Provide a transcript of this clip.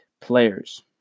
players